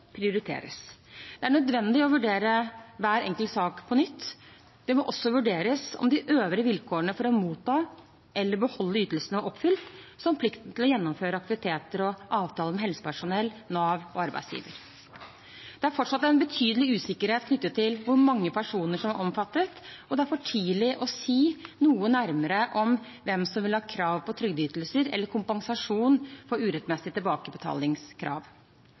prioriteres. Det er nødvendig å vurdere hver enkelt sak på nytt. Det må også vurderes om de øvrige vilkårene for å motta eller beholde ytelsen var oppfylt, som plikten til å gjennomføre aktiviteter og avtaler med helsepersonell, Nav og arbeidsgiver. Det er fortsatt en betydelig usikkerhet knyttet til hvor mange personer som er omfattet, og det er for tidlig å si noe nærmere om hvem som vil ha krav på trygdeytelser eller kompensasjon for urettmessige tilbakebetalingskrav.